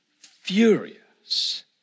furious